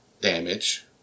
damage